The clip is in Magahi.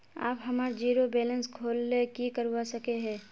आप हमार जीरो बैलेंस खोल ले की करवा सके है?